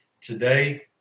Today